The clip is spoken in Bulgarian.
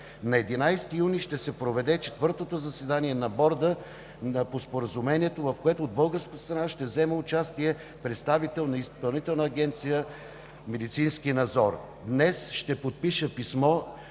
На 11 юни ще се проведе четвъртото заседание на Борда по Споразумението, в което от българска страна ще вземе участие представител на Изпълнителна агенция „Медицински надзор“. Днес ще подпиша писмо